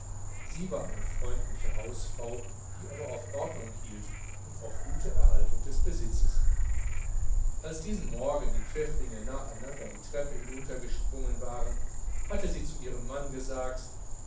sie war eine freundliche hausfrau die aber auf ordnung hielt und auf gute erhaltung des besitzes als diesen morgen die pfäfflinge nacheinander die treppe hinunter gesprungen waren hatte sie zu ihrem mann gesagt